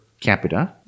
capita